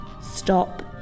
Stop